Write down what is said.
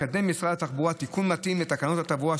מקדם משרד התחבורה תיקון מתאים לתקנות התעבורה,